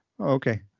Okay